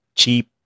cheap